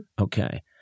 Okay